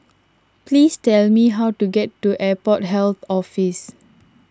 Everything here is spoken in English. please tell me how to get to Airport Health Office